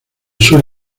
sur